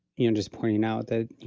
you know, just pointing out that, you